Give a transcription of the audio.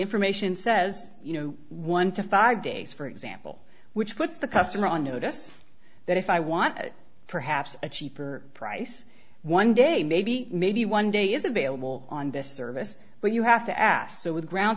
information says you know one to five days for example which puts the customer on notice that if i want perhaps a cheaper price one day maybe maybe one day is available on this service but you have to ask so with ground